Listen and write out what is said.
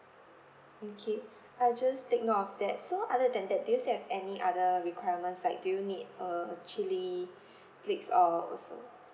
okay I'll just take note of that so other than that do you still have any other requirements like do you need uh chili flakes or also